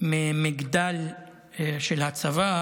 ממגדל של הצבא